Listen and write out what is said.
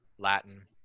Latin